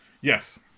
Yes